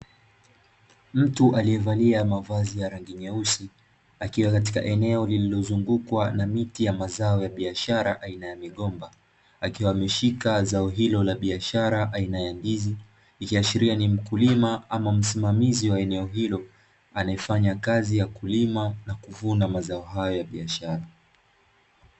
Mtu aliyevalia mavazi ya rangi nyeusi, akiwa katika eneo lililozungukwa na miti ya mazao ya biashara aina ya migomba. Akiwa ameshika zao hilo la biashara aina ya ndizi, ikiashiria ni mkulima au msimamizi wa eneo hilo anayefanya kazi ya kulima na kuvuna mazao hayo ya biashara.